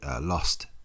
lost